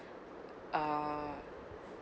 uh